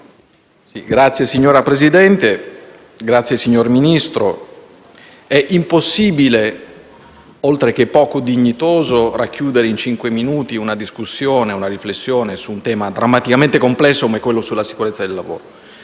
Signor Presidente, Signor Ministro, è impossibile, oltre che poco dignitoso, racchiudere in cinque minuti una discussione e una riflessione su un tema drammaticamente complesso come quello della sicurezza sul lavoro.